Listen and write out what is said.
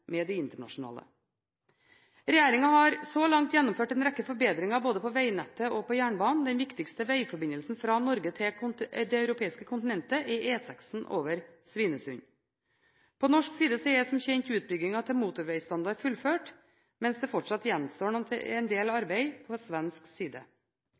med de internasjonale. Regjeringen har så langt gjennomført en rekke forbedringer både på vegnettet og jernbanen. Den viktigste vegforbindelsen fra Norge til det europeiske kontinentet er E6 over Svinesund. På norsk side er som kjent utbyggingen til motorvegstandard fullført, mens det fortsatt gjenstår en del arbeid på svensk side.